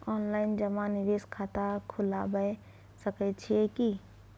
Online जमा निवेश खाता खुलाबय सकै छियै की?